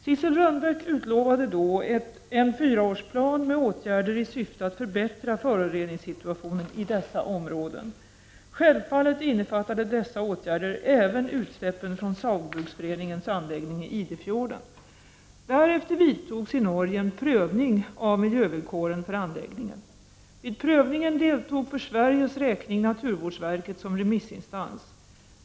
Sissel Rönbeck utlovade då en 4-årsplan med åtgärder i syfte att förbättra föroreningssituationen i dessa områden. Självfallet innefattade dessa åtgärder även utsläppen från Saugbruksforeningens anläggning i Idefjorden. Därefter vidtogs i Norge en prövning av miljövillkoren för anläggningen. Vid prövningen deltog för Sveriges räkning naturvårdsverket som remissinstans.